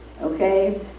Okay